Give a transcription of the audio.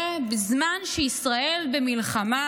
בזמן שישראל במלחמה,